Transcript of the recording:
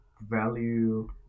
value